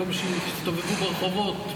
במקום שיסתובבו ברחובות,